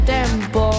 tempo